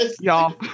Y'all